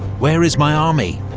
where is my army?